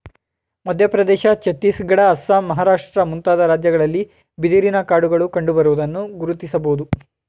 ಮಧ್ಯಪ್ರದೇಶ, ಛತ್ತೀಸ್ಗಡ, ಅಸ್ಸಾಂ, ಮಹಾರಾಷ್ಟ್ರ ಮುಂತಾದ ರಾಜ್ಯಗಳಲ್ಲಿ ಬಿದಿರಿನ ಕಾಡುಗಳು ಕಂಡುಬರುವುದನ್ನು ಗುರುತಿಸಬೋದು